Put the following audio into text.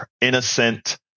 innocent